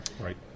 Right